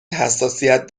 حساسیت